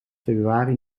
februari